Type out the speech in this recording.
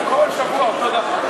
כל שבוע אותו דבר,